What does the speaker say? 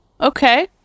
okay